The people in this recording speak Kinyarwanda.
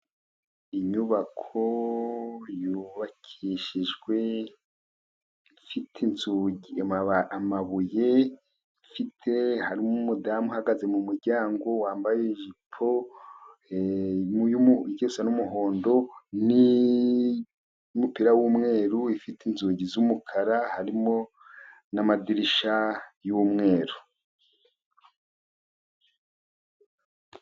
Inyubako yubakishijwe ifite inzugi, amabuye ifite harimo umudamu uhagaze mu muryango wambaye ijipo igiye gusa n'umuhondo, n'umupira w'umweru ifite inzugi z'umukara, harimo n'amadirishya y'umweru.